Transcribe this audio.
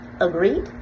Agreed